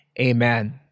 amen